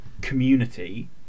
community